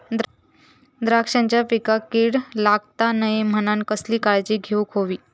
द्राक्षांच्या पिकांक कीड लागता नये म्हणान कसली काळजी घेऊक होई?